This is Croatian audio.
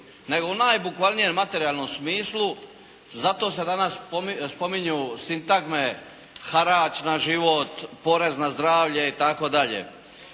nego u najbukvalnijem materijalnom smislu. Zato se danas spominju sintagme harač na život, porez na zdravlje itd.,